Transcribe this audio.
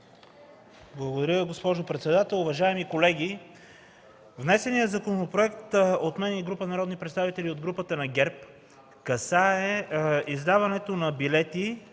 Благодаря, госпожо председател. Уважаеми колеги! Внесеният законопроект от мен и група народни представители от групата на ГЕРБ касае издаването на билети